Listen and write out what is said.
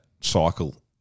cycle